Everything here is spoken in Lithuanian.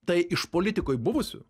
tai iš politikoj buvusių